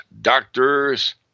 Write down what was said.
doctors